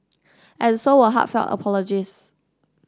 and so were heartfelt apologies